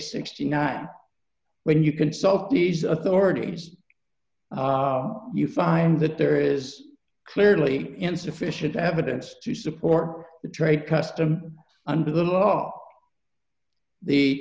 sixty nine when you consult these authorities you find that there is clearly insufficient evidence to support the trade custom under the law the